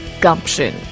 gumption